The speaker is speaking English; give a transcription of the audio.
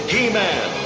He-Man